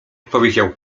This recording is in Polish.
odpowiedział